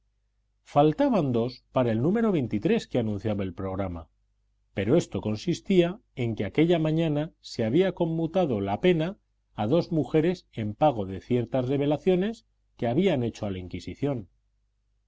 faltaban dos para el número veintitrés que anunciaba el programa pero esto consistía en que aquella mañana se había conmutado la pena a dos mujeres en pago de ciertas revelaciones que habían hecho a la inquisición de